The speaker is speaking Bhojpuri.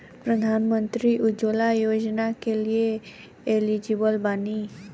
प्रधानमंत्री उज्जवला योजना के लिए एलिजिबल बानी?